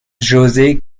jose